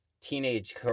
teenage